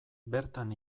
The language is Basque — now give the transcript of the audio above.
bertan